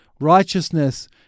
righteousness